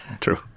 True